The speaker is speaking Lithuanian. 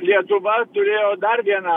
lietuva turėjo dar vieną